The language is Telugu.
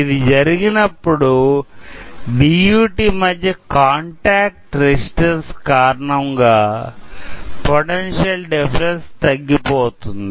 ఇది జరిగినప్పుడు డియుటి మధ్య కాంటాక్ట్ రెసిస్టెన్స్ కారణంగా పొటెన్షియల్ డిఫరెన్స్ తగ్గిపోతుంది